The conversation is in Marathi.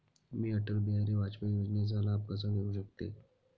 मी अटल बिहारी वाजपेयी योजनेचा लाभ कसा घेऊ शकते?